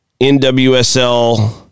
NWSL